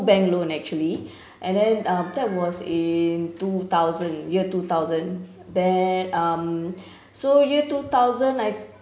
bank loan actually and then uh that was in two thousand year two thousand then um so year two thousand I